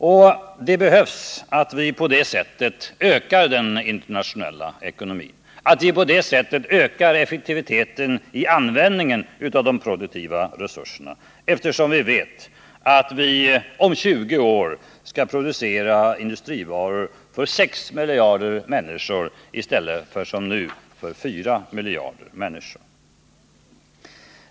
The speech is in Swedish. Och det behövs att vi på det sättet ökar den internationella ekonomin och effektiviteten i användningen av de produktiva resurserna, eftersom vi vet att vi om 20 år skall producera industrivaror för 6 miljarder människor i stället för som nu för 4 miljarder människor.